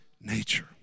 nature